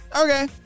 Okay